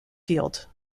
field